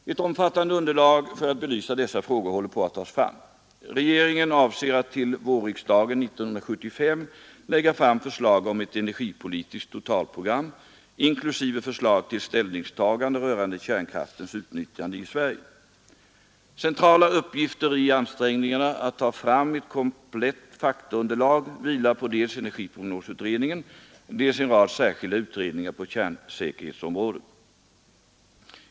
Ett omfattande underlag för att belysa dessa frågor håller på att tas fram. Regeringen avser att till vårriksdagen 1975 lägga fram förslag om ett energipolitiskt totalprogram, inklusive förslag till ställningstagande rörande kärnkraftens utnyttjande i Sverige. Centrala uppgifter i ansträngningarna att ta fram ett komplett faktaunderlag vilar på dels energiprognosutredningen, EPU, dels en rad särskilda utredningar på kärnsäkerhetsområdet.